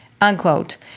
Unquote